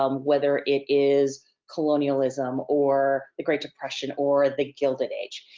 um whether it is colonialism or the great depression or the gilded age.